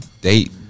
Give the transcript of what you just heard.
date